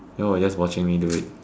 you all were just watching me do it